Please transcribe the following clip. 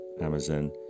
amazon